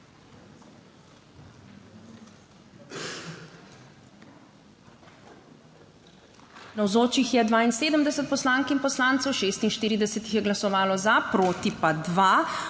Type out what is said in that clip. Navzočih je 72 poslank in poslancev, 46 jih je glasovalo za, proti pa dva.